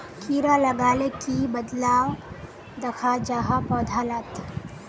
कीड़ा लगाले की बदलाव दखा जहा पौधा लात?